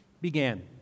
began